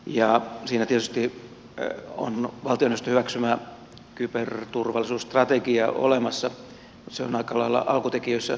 siinä tietysti on valtioneuvoston hyväksymä kyberturvallisuusstrategia olemassa mutta sen toteuttaminen on aika lailla alkutekijöissään